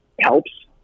helps